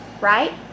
Right